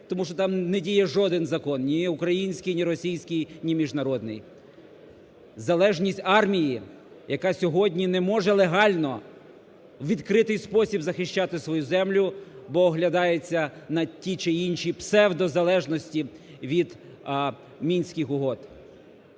тому що там не діє жоден закон, ні український, ні російський, ні міжнародний. Залежність армії, яка сьогодні не може легально у відкритий спосіб захищати свою землю, бо оглядається на ті чи інші псевдозалежності від Мінських угод.